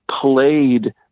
played